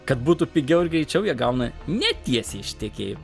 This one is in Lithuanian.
kad būtų pigiau ir greičiau jie gauna netiesiai iš tiekėjų